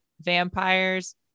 vampires